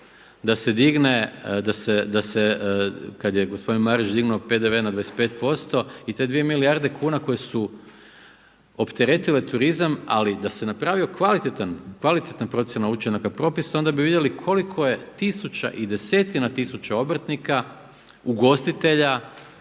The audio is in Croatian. unutar HDZ-a da se kada je gospodin Marić dignuo PDV na 25% i te dvije milijarde kuna koje su opteretile turizam ali da se napravila kvalitetna procjena učinka propisa onda bi vidjeli koliko je tisuća i desetina tisuća obrtnika ugostitelja